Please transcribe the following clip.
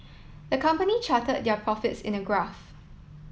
the company charted their profits in a graph